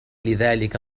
لذلك